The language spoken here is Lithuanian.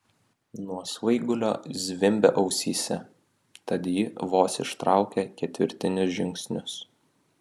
nuo svaigulio zvimbė ausyse tad ji vos ištraukė ketvirtinius žingsnius